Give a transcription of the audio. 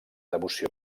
devoció